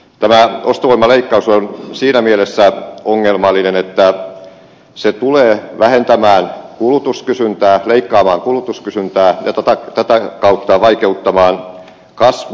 tämä ostovoiman leikkaus on siinä mielessä ongelmallinen että se tulee leikkaamaan kulutuskysyntää ja tätä kautta vaikeuttamaan kasvua